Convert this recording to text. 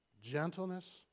gentleness